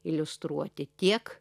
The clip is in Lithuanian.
iliustruoti tiek